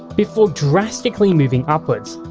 before drastically moving upwards.